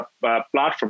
platform